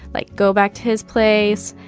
like, go back to his place.